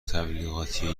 تبلیغاتی